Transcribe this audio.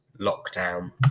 lockdown